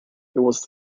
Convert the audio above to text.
was